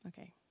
okay